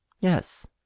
Yes